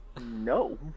No